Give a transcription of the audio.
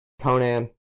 Conan